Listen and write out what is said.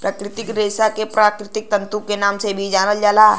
प्राकृतिक रेशा के प्राकृतिक तंतु के नाम से भी जानल जाला